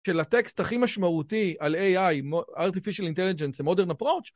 של הטקסט הכי משמעותי על AI, Artificial Intelligence and Modern Approach,